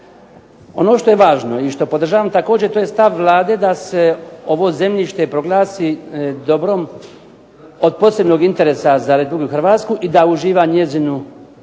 Ono što je važno i što podržavam također to je stav Vlade da se ovo zemljište proglasi dobro od posebnog interesa za Republiku Hrvatsku i da uživa njenu